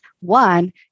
One